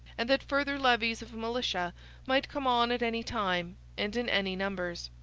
and that further levies of militia might come on at any time and in any numbers.